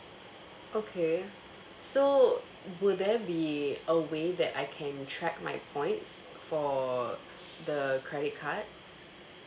okay so would there be a way that I can track my points for the credit card